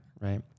Right